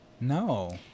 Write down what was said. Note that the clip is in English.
No